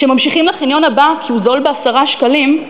שממשיכים לחניון הבא כי הוא זול ב-10 שקלים,